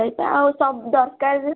ସେଇତ ଆଉ ଦରକାର